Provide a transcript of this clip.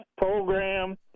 program